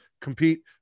compete